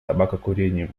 табакокурением